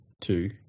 two